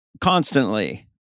constantly